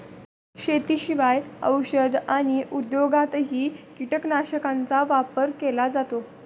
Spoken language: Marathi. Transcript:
शेतीशिवाय औषध आणि उद्योगातही कीटकनाशकांचा वापर केला जातो